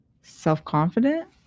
self-confident